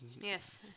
Yes